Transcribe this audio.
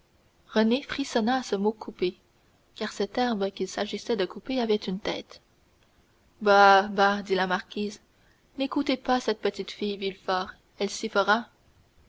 renée frissonna à ce mot couper car cette herbe qu'il s'agissait de couper avait une tête bah bah dit la marquise n'écoutez pas cette petite fille villefort elle s'y fera